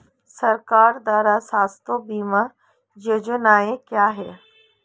सरकार द्वारा स्वास्थ्य बीमा योजनाएं क्या हैं?